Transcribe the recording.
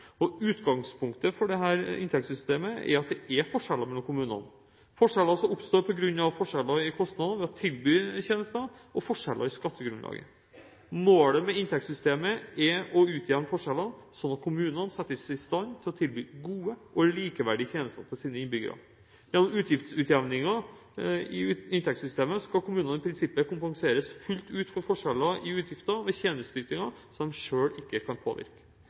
Utgangspunktet for dette inntektssystemet er at det er forskjeller mellom kommunene, forskjeller som oppstår på grunn av forskjeller i kostnader ved å tilby tjenester, og forskjeller i skattegrunnlaget. Målet med inntektssystemet er å utjevne forskjellene, slik at kommunene settes i stand til å tilby gode og likeverdige tjenester til sine innbyggere. Gjennom utgiftsutjevningen i inntektssystemet skal kommunene i prinsippet kompenseres fullt ut for forskjeller i utgifter ved tjenesteytingen som de selv ikke kan påvirke.